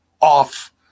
off